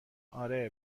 اره